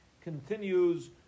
continues